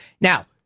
Now